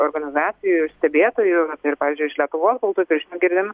organizacijų ir stebėtojų vat ir pavyzdžiui iš lietuvos baltųjų pirštinių girdim